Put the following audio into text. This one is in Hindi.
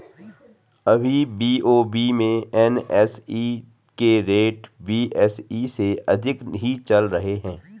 अभी बी.ओ.बी में एन.एस.ई के रेट बी.एस.ई से अधिक ही चल रहे हैं